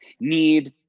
need